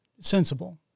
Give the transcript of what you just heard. sensible